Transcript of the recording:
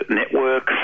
network